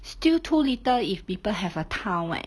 still too little if people have a town leh